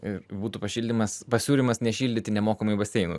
ir būtų pašildymas pasiūlymas nešildyti nemokamai baseinų